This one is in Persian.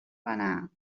کنم